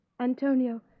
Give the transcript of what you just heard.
Antonio